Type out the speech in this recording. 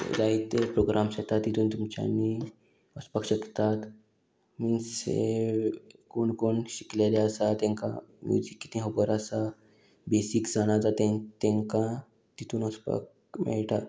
जायते प्रोग्राम्स येता तितून तुमच्यांनी वचपाक शकतात मिन्स हे कोण कोण शिकलेले आसा तेंकां म्युजीक कितें खोबोर आसा बेसीक जाणा जाता तें तेंकां तितून वचपाक मेयटा